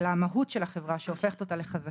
אלא המהות של החברה שהופכת אותה לחזקה,